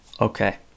Okay